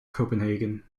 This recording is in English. copenhagen